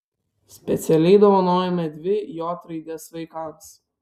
specialiai dovanojome dvi j raides vaikams